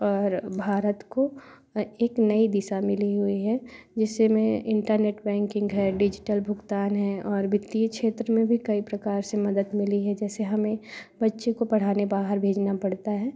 और भारत को एक नई दिशा मिली हुई है जिससे हमें इंटरनेट बैंकिंग है डिजिटल भुगतान है और वित्तीय क्षेत्र में भी कई प्रकार से मदद मिली है जैसे हमें बच्चे को पढ़ाने बाहर भेजना पड़ता है